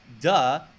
duh